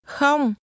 Không